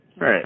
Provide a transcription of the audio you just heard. right